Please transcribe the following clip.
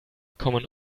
kommen